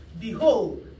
Behold